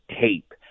tape